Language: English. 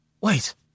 Wait